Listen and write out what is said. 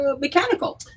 mechanical